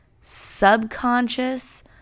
subconscious